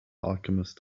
alchemist